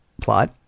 plot